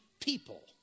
people